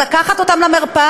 או כדי לקחת אותם למרפאה,